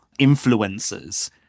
influencers